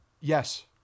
Yes